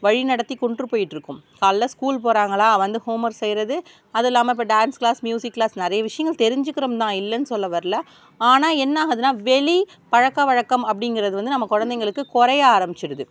வழி நடத்திக் கொண்டு போயிட்டிருக்கோம் காலைல ஸ்கூல் போகிறாங்களா வந்து ஹோம் ஒர்க் செய்கிறது அதுவும் இல்லாமல் இப்போ டான்ஸ் க்ளாஸ் மியூசிக் க்ளாஸ் நிறைய விஷயங்கள் தெரிஞ்சிக்கறோம் தான் இல்லைனு சொல்ல வரல ஆனால் என்ன ஆகுதுனால் வெளி பழக்கவழக்கம் அப்படிங்குறது வந்து நம்ம குழந்தைகளுக்கு குறைய ஆரம்பித்துடுது